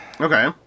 Okay